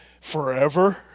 forever